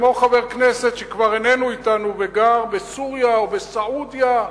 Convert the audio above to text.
כמו חבר כנסת שכבר איננו אתנו וגר בסוריה או בסעודיה,